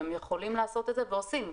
הם יכולים לעשות את זה ועושים.